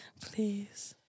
Please